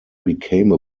became